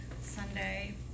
Sunday